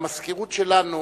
המזכירות שלנו